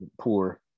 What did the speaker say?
poor